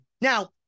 Now